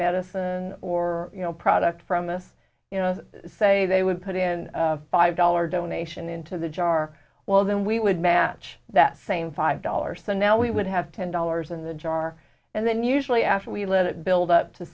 medicine or you know product from this you know say they would put in a five dollar donation into the jar well then we would match that same five dollars so now we would have ten dollars in the jar and then usually after we let it build up to